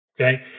Okay